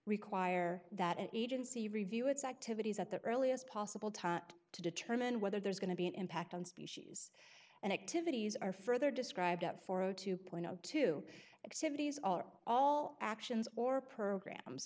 require that an agency review its activities at the earliest possible time to determine whether there's going to be an impact on species and activities are further described at four o two two x cities are all actions or programs